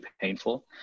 painful